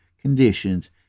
conditions